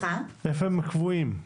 איפה הם קבועים?